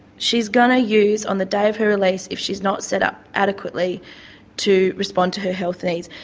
she's going to use on the day of her release if she's not set up adequately to respond to her health needs.